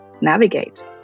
navigate